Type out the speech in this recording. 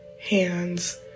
hands